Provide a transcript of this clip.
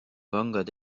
pangad